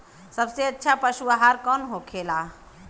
सबसे अच्छा पशु आहार कौन होखेला?